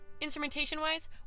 Instrumentation-wise